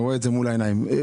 עיכבנו את זה,